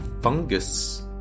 fungus